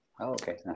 okay